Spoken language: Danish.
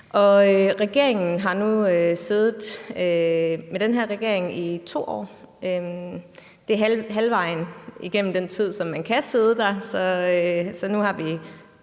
regering har nu siddet i 2 år. Det er halvvejs igennem den tid, som man kan sidde der, så nu har vi